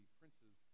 princes